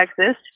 Texas